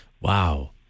Wow